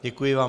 Děkuji vám.